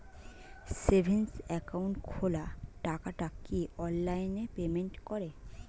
Savings account খোলা টাকাটা কি অনলাইনে পেমেন্ট করে?